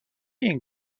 این